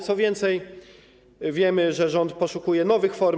Co więcej, wiemy, że rząd poszukuje nowych form.